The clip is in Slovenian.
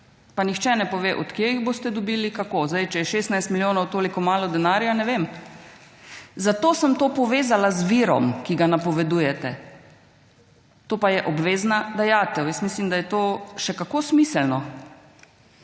Pa nihče ne pove, od kje jih boste dobili in kako. Zdaj, če je 16 milijonov toliko malo denarja, ne vem. Zato sem to povezala v virom, ki ga napovedujete, to pa je obvezna dajatev. Jaz mislim, da je to še kako smiselno.